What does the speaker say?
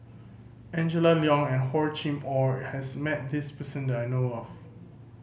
Angela Liong and Hor Chim Or has met this person that I know of